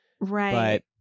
Right